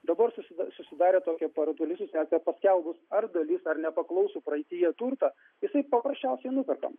dabar susi susidarė tokia paradoksali situacija paskelbus ar dalis ar nepaklausų praeityje turtą jisai paprasčiausiai nuperkamas